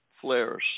flares